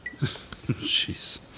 Jeez